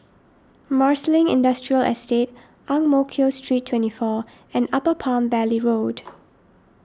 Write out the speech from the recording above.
Marsiling Industrial Estate Ang Mo Kio Street twenty four and Upper Palm Valley Road